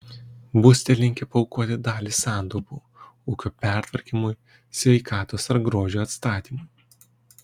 būsite linkę paaukoti dalį santaupų ūkio pertvarkymui sveikatos ar grožio atstatymui